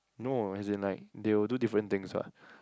no as in like they will do different things what